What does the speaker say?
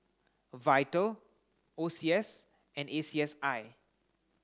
VITAL O C S and A C S I